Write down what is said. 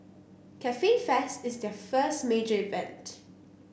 Cafe Fest is their first major event